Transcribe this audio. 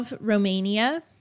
Romania